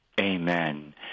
Amen